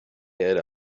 erde